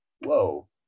whoa